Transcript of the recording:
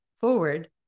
forward